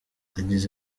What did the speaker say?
yagize